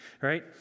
right